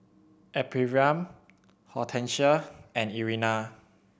Ephriam Hortencia and Irena